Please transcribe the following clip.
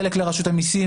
חלק לרשות המסים,